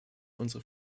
unsere